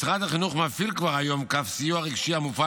משרד החינוך מפעיל כבר היום קו סיוע רגשי המופעל